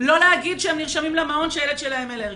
לא להגיד שהם נרשמים למעון שהילד שלהם אלרגי.